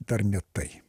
dar ne tai